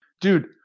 dude